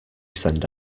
send